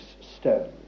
stone